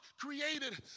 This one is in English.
created